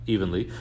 Evenly